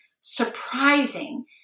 surprising